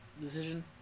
decision